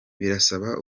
birasaba